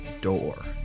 door